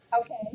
Okay